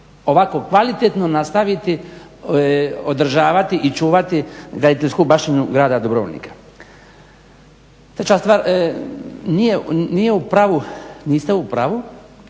ovako kvalitetno nastaviti održavati i čuvati graditeljsku baštinu grada Dubrovnika. Treća stvar, nije u pravu,